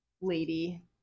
lady